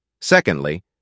Secondly